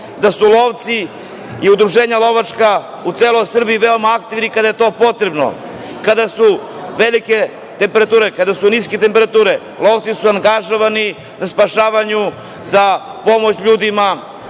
da su lovci i udruženja lovačka u celoj Srbiji veoma aktivni kada je to potrebno. Kada su velike temperature, kada su niske temperature, lovci su angažovani na spašavanju, za pomoć ljudima. Još